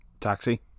Taxi